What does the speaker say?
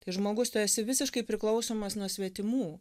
kai žmogus tu esi visiškai priklausomas nuo svetimų